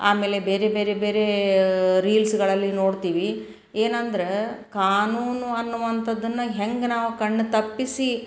ಆಮೇಲೆ ಬೇರೆ ಬೇರೆ ಬೇರೆ ರೀಲ್ಸ್ಗಳಲ್ಲಿ ನೋಡ್ತೀವಿ ಏನಂದರೆ ಕಾನೂನು ಅನ್ನುವಂಥದ್ದನ್ನು ಹೆಂಗ್ ನಾವು ಕಣ್ಣು ತಪ್ಪಿಸಿ